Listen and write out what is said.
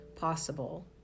possible